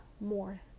more